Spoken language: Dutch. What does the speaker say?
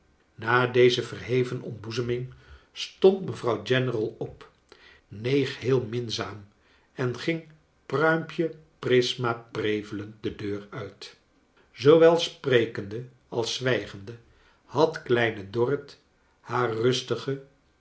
na deze verheven ontboezeming stond mevrouw general op neeg heel minzaam en ging pruimpje prisma prevelend de deur uit zoowel sprekende als zwijgende had kleine dorrit haar rustige